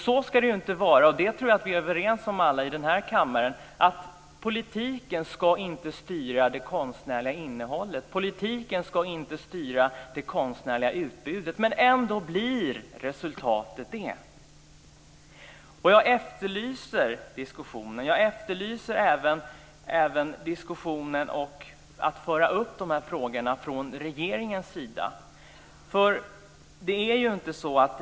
Så ska det inte vara. Jag tror att vi alla här i kammaren är överens om att politiken inte ska styra det konstnärliga innehållet och utbudet, men ändå blir detta resultatet. Jag efterlyser att man även från regeringens sida ska lyfta fram detta.